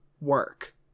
work